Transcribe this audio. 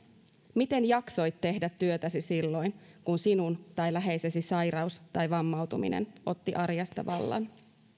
miten jaksoit tehdä työtäsi silloin kun sinun tai läheisesi sairaus tai vammautuminen otti arjesta vallan